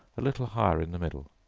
a little higher in the middle.